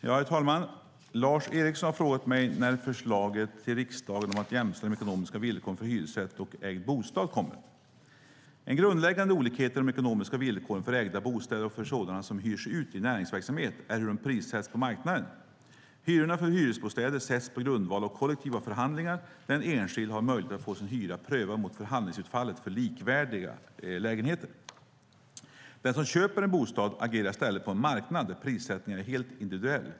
Herr talman! Lars Eriksson har frågat mig när förslaget till riksdagen om att jämställa de ekonomiska villkoren för hyresrätt och ägd bostad kommer. En grundläggande olikhet i de ekonomiska villkoren för ägda bostäder och för sådana som hyrs ut i näringsverksamhet är hur de prissätts på marknaden. Hyrorna för hyresbostäder sätts på grundval av kollektiva förhandlingar, där den enskilde har möjlighet att få sin hyra prövad mot förhandlingsutfallet för likvärdiga lägenheter. Den som köper en bostad agerar i stället på en marknad där prissättningen är helt individuell.